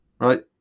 Right